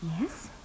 Yes